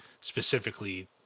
specifically